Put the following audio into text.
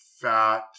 fat